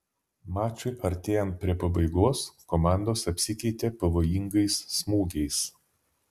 mačui artėjant prie pabaigos komandos apsikeitė pavojingais smūgiais